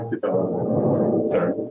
Sorry